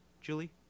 Julie